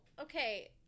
Okay